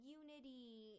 unity